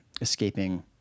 escaping